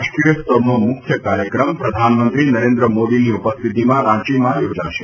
રાષ્ટ્રીય સ્તરનો મુખ્ય કાર્યક્રમ પ્રધાનમંત્રી નરેન્દ્રમોદીની ઉપસ્થિતીમાં રાંચીમાં યોજાશે